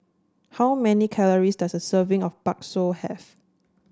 how many calories does a serving of Bakso have